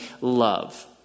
love